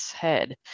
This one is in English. head